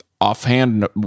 offhand